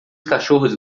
cachorros